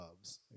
loves